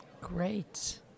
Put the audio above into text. great